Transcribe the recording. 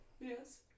Yes